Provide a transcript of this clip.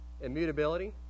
Immutability